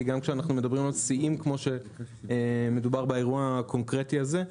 וגם על שיאים שהיו באירוע הקונקרטי הזה,